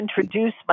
introduce